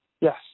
Yes